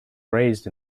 raised